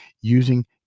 using